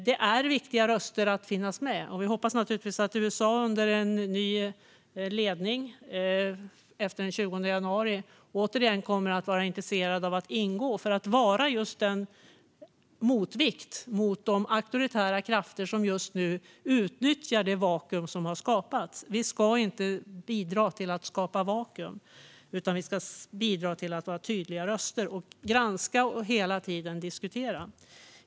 Det är viktiga röster som måste finnas med, och vi hoppas naturligtvis att USA under en ny ledning efter den 20 januari kommer att vara intresserat av att ingå för att vara en motvikt mot de auktoritära krafter som just nu utnyttjar det vakuum som har skapats. Vi ska inte bidra till att skapa vakuum, utan vi ska vara tydliga röster som granskar och hela tiden diskuterar.